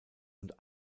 und